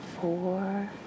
four